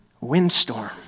windstorm